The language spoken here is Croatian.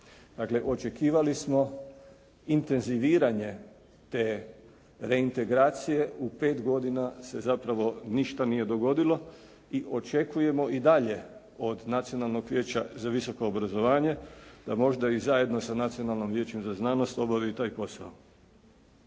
Dakle, očekivali smo intenziviranje te reintegracije, u pet godina se zapravo ništa nije dogodilo i očekujemo i dalje od Nacionalnog vijeća za visoko obrazovanje da možda i zajedno sa Nacionalnim vijećem za znanost obavi taj posao.